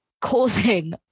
causing